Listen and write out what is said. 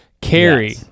Carrie